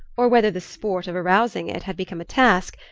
or whether the sport of arousing it had become a task,